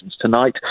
tonight